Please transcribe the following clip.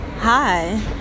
hi